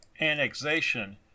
annexation